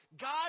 God